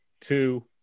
two